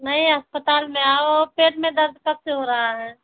नहीं अस्पताल में आओ पेट में दर्द कब से हो रहा है